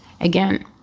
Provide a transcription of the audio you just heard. again